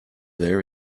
there